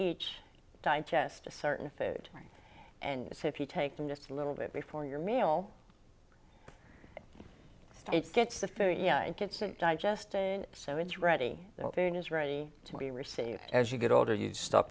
each digest a certain fate and so if you take them just a little bit before your meal it gets the food yeah it gets digested so it's ready and is ready to be received as you get older you stop